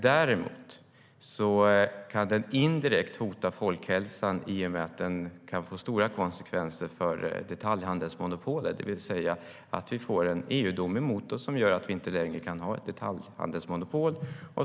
Däremot kan den indirekt hota folkhälsan i och med att den kan få stora konsekvenser för detaljhandelsmonopolet, det vill säga att vi får en EU-dom emot oss som gör att vi inte längre kan ha ett detaljhandelsmonopol.